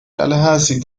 tallahassee